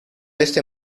este